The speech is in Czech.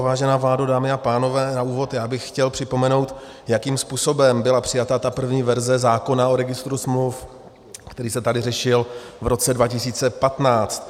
Vážená vládo, dámy a pánové, na úvod bych chtěl připomenout, jakým způsobem byla přijata ta první verze zákona o registru smluv, který se tady řešil v roce 2015.